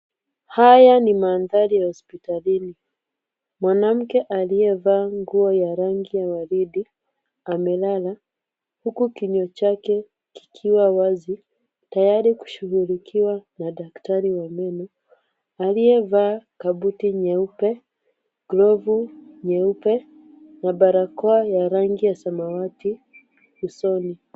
Haya ni mandhari ya hospitalini. Mwanamke aliyevaa nguo ya rangi ya waridi amelaa huku kinywa chake kikiwa wazi tayari kushughulikiwa na daktari wa meno, aliyevaa kabuti nyeupe, glove nyeupe na barakoa ya rangi ya samawati usoni.